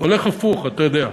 הולך הפוך, אתה יודע.